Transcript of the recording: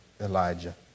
Elijah